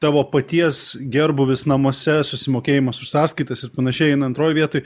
tavo paties gerbūvis namuose susimokėjimas už sąskaitas ir panašiai eina antroj vietoj